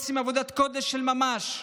שעושות עבודת קודש של ממש,